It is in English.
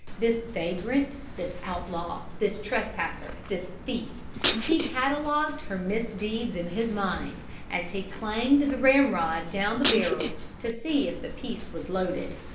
this vagrant, this outlaw, this trespasser, this thief he catalogued her misdeeds in his mind as he clanged the ramrod down the barrels to see if the piece was loaded.